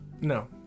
No